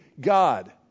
God